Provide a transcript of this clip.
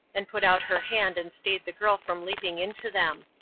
and put out her hand and stayed the girl from leaping into them.